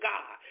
God